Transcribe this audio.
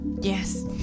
yes